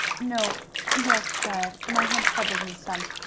no yes, child. my head troubles me some.